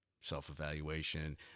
self-evaluation